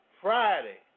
Friday